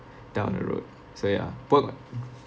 down the road so ya perk [what]